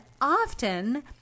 often